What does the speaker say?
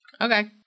Okay